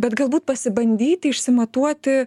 bet galbūt pasibandyti išsimatuoti